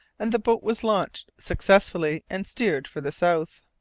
and the boat was launched successfully and steered for the south.